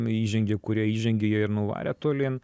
įžengė kurie įžengė jie ir nuvarė tolyn